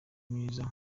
myiza